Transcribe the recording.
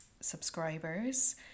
subscribers